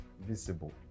visible